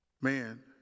man